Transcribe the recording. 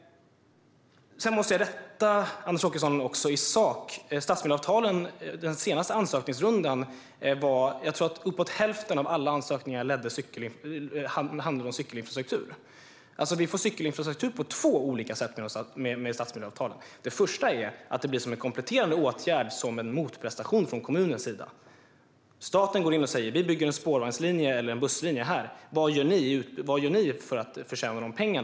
Jag måste rätta Anders Åkesson i sak när det gäller stadsmiljöavtalen. I den senaste ansökningsrundan tror jag att uppemot hälften av alla ansökningar handlade om cykelinfrastruktur. Vi får alltså cykelinfrastruktur på två olika sätt med stadsmiljöavtalen. Det första är att det blir en kompletterande åtgärd som en motprestation från kommunens sida. Staten går in och säger: Vi bygger en spårvagnslinje eller en busslinje här. Vad gör ni för att förtjäna dessa pengar?